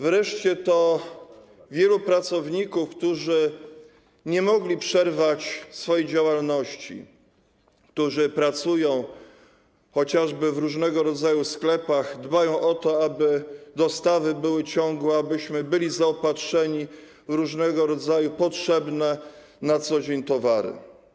Wreszcie to wielu pracowników, którzy nie mogli przerwać swojej działalności, którzy pracują chociażby w różnego rodzaju sklepach, dbają o to, aby dostawy były ciągłe, abyśmy byli zaopatrzeni w różnego rodzaju potrzebne na co dzień towary.